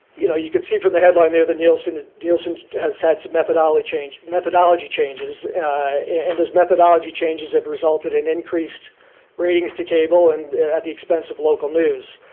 you know, you can see from the headline there that nielsen ah nielsen has had some methodology changes methodology changes and those methodology changes have resulted in increased ratings to cable and at the expense of local news.